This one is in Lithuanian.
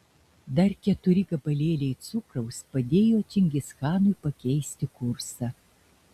dar keturi gabalėliai cukraus padėjo čingischanui pakeisti kursą